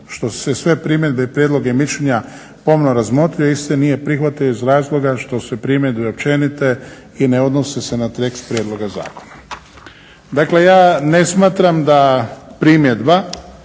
što je sve primjedbe, prijedloge i mišljenja pomno razmotrio isti nije prihvatio iz razloga što su primjedbe općenite i ne odnose se na tekst prijedloga zakona. Dakle ja ne smatram da primjedba